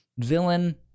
villain